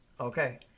Okay